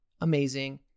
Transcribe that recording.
amazing